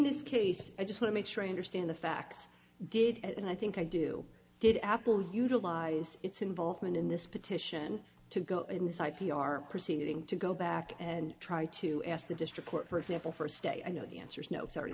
this case i just want make sure i understand the facts did and i think i do did apple utilize its involvement in this petition to go inside p r proceeding to go back and try to ask the district court for example for a stay i know the answer is no